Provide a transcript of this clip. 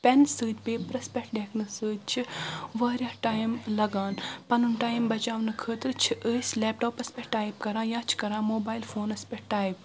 پنہٕ سۭتۍ پیپرس پٮ۪ٹھ لیٚکھنہٕ سۭتۍ چھُ واریاہ ٹایم لگان پَنُن ٹایم بچاونہٕ خٲطرٕ چھِ أسۍ لیپٹاپس پٮ۪ٹھ ٹایپ کران یا چھ کران موبایل فونس پٮ۪ٹھ ٹایپ